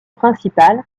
principale